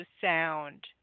sound